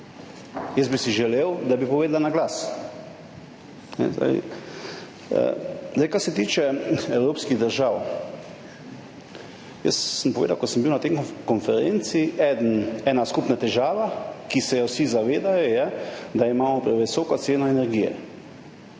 Jaz bi si želel, da bi povedala na glas. Kar se tiče evropskih držav, jaz sem povedal, ko sem bil na tej konferenci, ena skupna težava, ki se je vsi zavedajo, je, da imamo previsoko ceno energije,